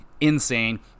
Insane